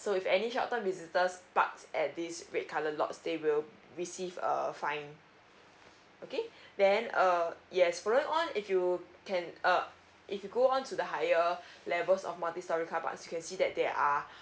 so if any short term visitors park at this red colour lots they will receive a fine okay then err yes following on if you can uh if you go on to the higher levels of multi storey carpark you can see that they are